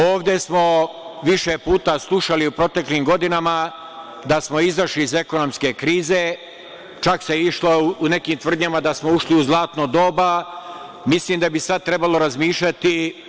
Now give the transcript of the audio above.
Ovde smo više puta slušali u proteklim godinama da smo izašli iz ekonomske krize, čak se išlo u nekim tvrdnjama da smo ušli u zlatno doba, mislim da bi sada trebalo razmišljati.